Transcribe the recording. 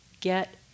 get